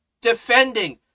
defending